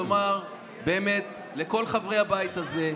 לומר באמת לכל חברי הבית הזה,